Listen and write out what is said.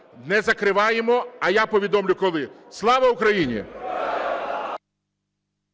Не закриваємо. А я повідомлю коли. Слава Україні!